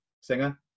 singer